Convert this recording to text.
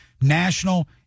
National